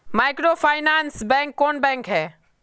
Microfinance bank कौन bank है?